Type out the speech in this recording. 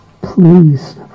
Please